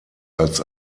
als